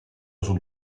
sul